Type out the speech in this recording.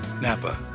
Napa